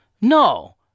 No